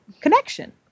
connection